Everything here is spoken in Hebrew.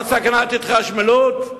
לסכנת התחשמלות?